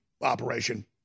operation